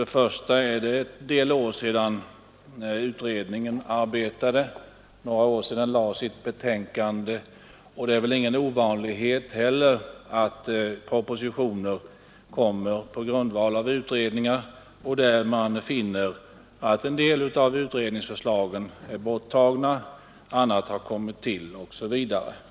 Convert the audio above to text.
Det har gått en del år sedan utredningen arbetade och sedan den framlade sitt betänkande. Det är väl heller ingen ovanlighet att man i propositioner finner att en del av utredningsförslagen blivit borttagna, annat har kommit till i stället osv.